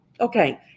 Okay